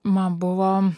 man buvo